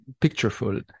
pictureful